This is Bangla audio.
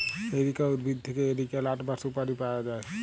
এরিকা উদ্ভিদ থেক্যে এরিকা লাট বা সুপারি পায়া যায়